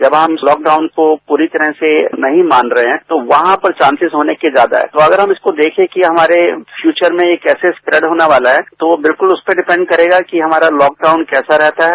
जब हम लॉकडाउन को पूरी तरह से नहीं मान रहे हैं तो वहां पर चार्सेज होने के ज्यादा हैं अगर हम देखें की हमारे फ्यूचर में ये कैसे स्प्रेड होने वाला है तो उस पर डिपंड करेगा कि हमारा लॉकडाउन कैसा रहता है